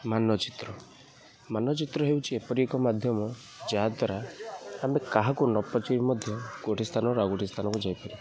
ମାନଚିତ୍ର ମାନଚିତ୍ର ହେଉଛି ଏପରି ଏକ ମାଧ୍ୟମ ଯାହାଦ୍ୱାରା ଆମେ କାହାକୁ ନ ପଚାରି ମଧ୍ୟ ଗୋଟେ ସ୍ଥାନରୁ ଆଉ ଗୋଟେ ସ୍ଥାନକୁ ଯାଇପାରିବୁ